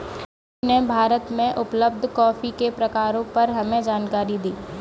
राजू ने भारत में उपलब्ध कॉफी के प्रकारों पर हमें जानकारी दी